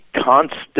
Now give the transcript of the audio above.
constant